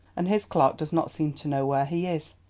and his clerk does not seem to know where he is.